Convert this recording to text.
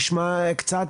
נשמע קצת,